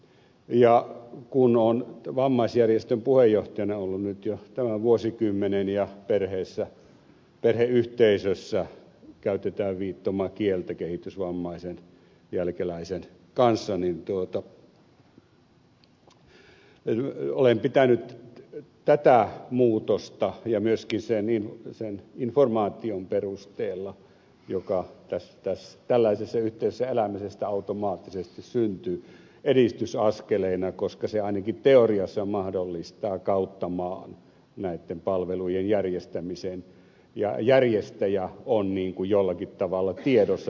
kun olen vammaisjärjestön puheenjohtajana ollut nyt jo tämän vuosikymmenen ja perheyhteisössä käytetään viittomakieltä kehitysvammaisen jälkeläisen kanssa olen pitänyt tätä muutosta edistysaskeleena ja myöskin sen informaation perusteella joka tällaisessa yhteisössä elämisestä automaattisesti syntyy koska se ainakin teoriassa mahdollistaa kautta maan näitten palvelujen järjestämisen ja vastuullinen järjestäjätaho on jollakin tavalla tiedossa